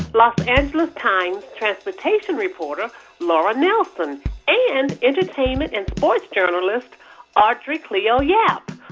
los angeles times transportation reporter laura nelson and entertainment and sports journalist audrey cleo yap.